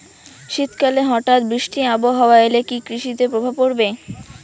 শীত কালে হঠাৎ বৃষ্টি আবহাওয়া এলে কি কৃষি তে প্রভাব পড়বে?